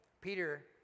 Peter